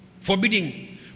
forbidding